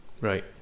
Right